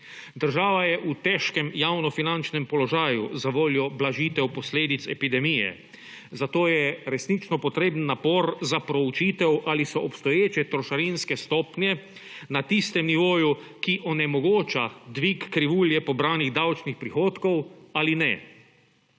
Država je v težkem javnofinančnem položaju, za voljo blažitev posledic epidemije, zato je resnično potreben napor za proučitev, ali so obstoječe trošarinske stopnje na tistem nivoju, ki onemogoča dvig krivulje pobranih davčnih prihodkov ali ne.